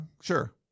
Sure